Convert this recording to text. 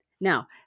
Now